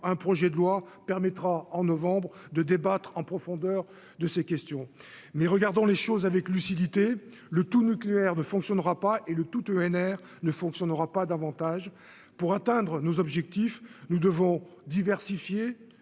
un projet de loi permettra en novembre 2 débattre en profondeur de ces questions, mais regardons les choses avec lucidité le tout nucléaire ne fonctionnera pas et le tout ENR ne fonctionnent aura pas davantage pour atteindre nos objectifs, nous devons diversifier,